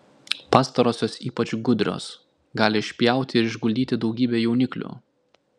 pastarosios ypač gudrios gali išpjauti ir išguldyti daugybę jauniklių